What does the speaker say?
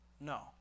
No